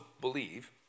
believe